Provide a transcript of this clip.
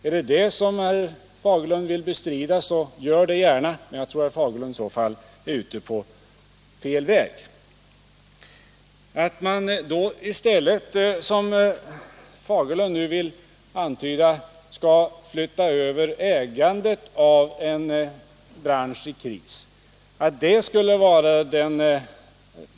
Är det det som herr Fagerlund vill bestrida, så gör det gärna! Jag tror att herr Fagerlund i så fall är ute på fel väg. Herr Fagerlund antyder nu att den rätta lösningen skulle vara att flytta över ägandet av en bransch i kris till staten.